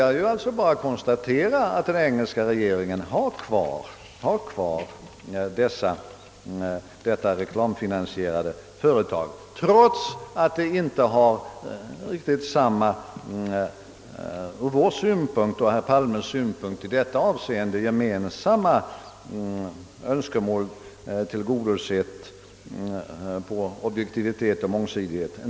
Jag vill bara konstatera att den engelska regeringen har behållit detta reklamfinansierade företag, trots att detta inte i lika hög grad som vi tror är möjligt är så ordnat att det tryggar herr Palmes och mitt i detta avseende gemensamma önskemål om objektivitet och mångsidighet.